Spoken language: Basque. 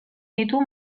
ditu